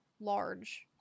large